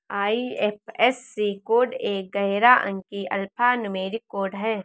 IFSC code एक ग्यारह अंकीय अल्फा न्यूमेरिक कोड है